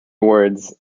words